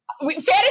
Fantasy